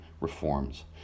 reforms